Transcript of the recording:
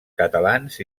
catalans